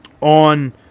on